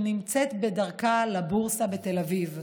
שנמצאת בדרך לבורסה בתל אביב.